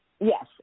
Yes